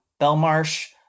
Belmarsh